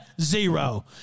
Zero